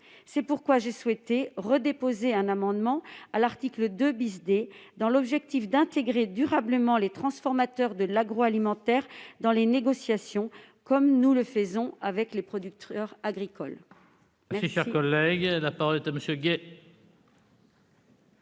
C'est pourquoi j'ai souhaité redéposer un amendement à l'article 2 D, dans l'objectif d'intégrer durablement les transformateurs de l'agroalimentaire dans les négociations, comme nous le faisons avec les producteurs agricoles. La parole est à M. Fabien Gay,